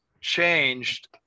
changed